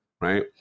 right